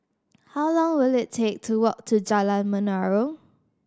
how long will it take to walk to Jalan Menarong